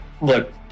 Look